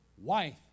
wife